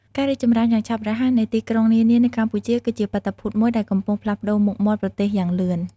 ការរីកចម្រើនយ៉ាងឆាប់រហ័សនៃទីក្រុងនានានៅកម្ពុជា គឺជាបាតុភូតមួយដែលកំពុងផ្លាស់ប្ដូរមុខមាត់ប្រទេសយ៉ាងលឿន។